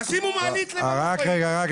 תשימו מעלית --- רק רגע.